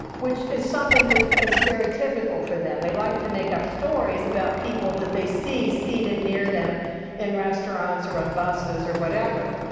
which is something that is very typical for them. they like to make up stories about people that they see seated near them in restaurants or on buses or whatever,